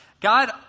God